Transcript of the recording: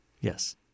Yes